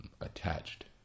attached